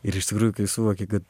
ir iš tikrųjų kai suvoki kad